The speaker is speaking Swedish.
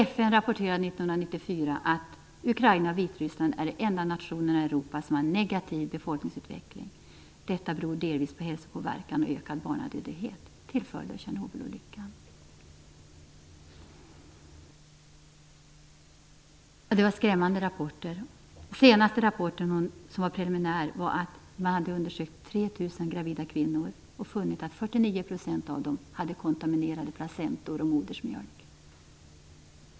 FN rapporterade 1994 att Ukraina och Vitryssland är de enda nationerna i Europa som har en negativ befolkningsutveckling. Detta beror delvis på hälsopåverkan och ökad barnadödlighet till följd av Tjernobylolyckan. Det var skrämmande rapporter. Den senaste rapporten, som var preliminär, var att man hade undersökt 3 000 gravida kvinnor och funnit att 49 % av dem hade kontaminerade placentor och kontaminerad modersmjölk.